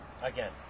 Again